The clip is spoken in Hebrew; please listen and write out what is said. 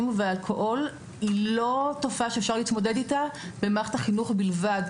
ואלכוהול היא לא תופעה שאפשר להתמודד איתה במערכת החינוך בלבד,